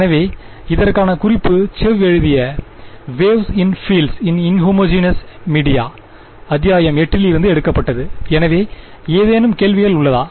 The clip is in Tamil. எனவே இதற்கான குறிப்பு செவ் எழுதிய waves in fields in inhomogeneous media அத்தியாயம் 8 இல் இருந்து எடுக்கப்பட்டது எனவே ஏதேனும் கேள்விகள் உள்ளதா